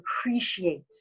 appreciate